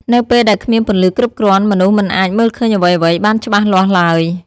នៅពេលដែលគ្មានពន្លឺគ្រប់គ្រាន់ មនុស្សមិនអាចមើលឃើញអ្វីៗបានច្បាស់លាស់ឡើយ ។